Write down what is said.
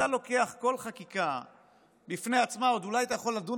כל חקיקה בפני עצמה עוד אולי אתה יכול לדון